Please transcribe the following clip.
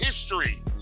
history